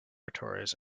laboratories